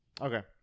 okay